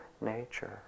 nature